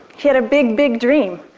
he had a big, big dream.